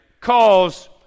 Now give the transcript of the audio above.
cause